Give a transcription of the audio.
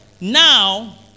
Now